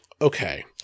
Okay